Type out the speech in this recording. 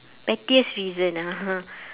pettiest reason ah